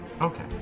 Okay